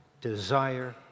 desire